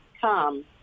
come